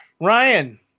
Ryan